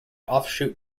offshoot